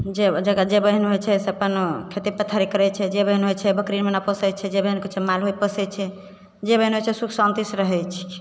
जे जे बहिन होइ छै से अपन खेती पथारी करै छै जे बहिन होइ छै बकरी नेमना पोसै छै जे बहिन किछु मालो पोसै छै जे बहिन होइ छै सुख शान्तिसे रहै छै